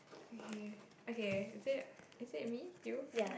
okay okay is that is that me you